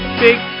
big